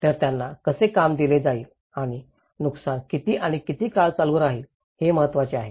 तर त्यांना कसे काम दिले जाईल आणि नुकसान किती आणि किती काळ चालू राहील हे महत्वाचे आहे